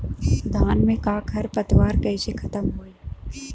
धान में क खर पतवार कईसे खत्म होई?